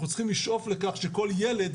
אנחנו צריכים לשאוף לכך שכל ילד,